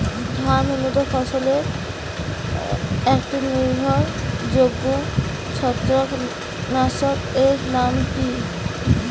ধান উন্নত ফলনে একটি নির্ভরযোগ্য ছত্রাকনাশক এর নাম কি?